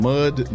Mud